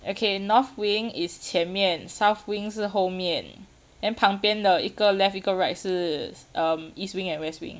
okay north wing is 前面 south wing 是后面 and 旁边的一个 left 一个 right 是 um east wing and west wing